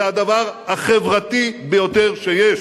זה הדבר החברתי ביותר שיש.